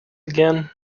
again